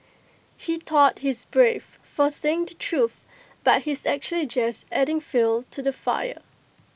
he thought he's brave for saying the truth but he's actually just adding fuel to the fire